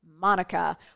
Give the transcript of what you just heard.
MONICA